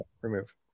Remove